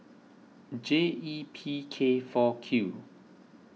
J E P K four Q